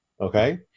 Okay